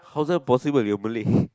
how's that possible you're Malay